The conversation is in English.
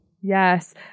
yes